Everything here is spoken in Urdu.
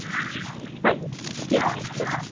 صحیح ہے ٹھیک ہے